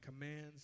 commands